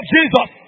Jesus